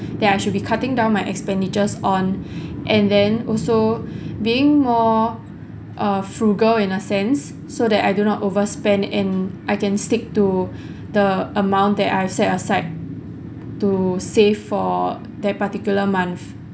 that I should be cutting down my expenditures on and then also being more uh frugal in a sense so that I do not overspend and I can stick to the amount that I set aside to save for that particular month